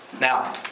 Now